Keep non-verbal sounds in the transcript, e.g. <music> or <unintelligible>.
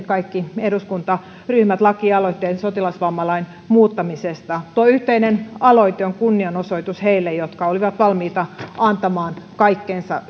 <unintelligible> kaikki eduskuntaryhmät yhdessä tehneet lakialoitteen sotilasvammalain muuttamisesta tuo yhteinen aloite on kunnianosoitus heille jotka olivat valmiita antamaan kaikkensa <unintelligible>